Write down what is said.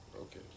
Okay